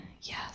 Yes